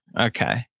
Okay